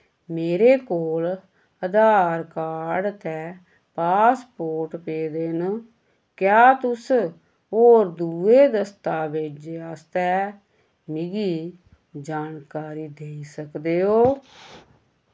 मेरे कोल आधार कार्ड ते पासपोर्ट पेदे न क्या तुस होर दुए दस्तावेजें आस्तै मिगी जानकारी देई सकदे ओ